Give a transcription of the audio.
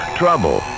trouble